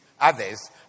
others